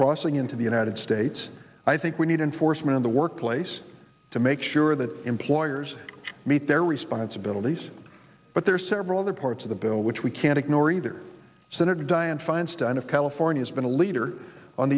crossing into the united states i think we need enforcement in the workplace to make sure that employers meet their responsibilities but there are several other parts of the bill which we can't ignore either senator dianne feinstein of california has been a leader on